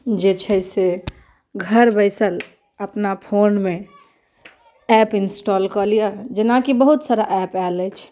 जे छै से घर बैसल अपना फोनमे एप इन्स्टाल कऽ लिऽ जेनाकि बहुत सारा एप आयल अछि